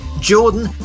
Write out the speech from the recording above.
Jordan